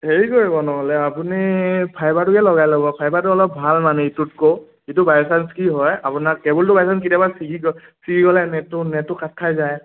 হেৰি কৰিব নহ'লে আপুনি ফাইবাৰটোকে লগাই ল'ব ফাইবাৰটো অলপ ভাল মানে ইটোতকৈ এইটো বাই চানঞ্চ কি হয় আপোনাৰ কেবুলটো বাই চানঞ্চ কেতিয়াবা চিগি গ'লে চিগি গ'লে নেটটো নেটটো কাট খাই যায়